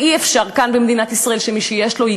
כי אי-אפשר שכאן במדינת ישראל מי שיש לו,